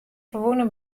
ferwûne